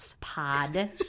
pod